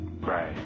right